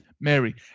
Mary